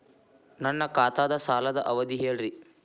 ನನ್ನ ಖಾತಾದ್ದ ಸಾಲದ್ ಅವಧಿ ಹೇಳ್ರಿ